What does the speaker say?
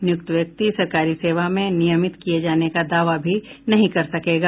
नियुक्त व्यक्ति सरकारी सेवा में नियमित किये जाने का दावा भी नहीं कर सकेगा